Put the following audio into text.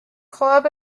club